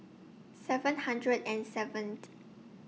seven hundred and seven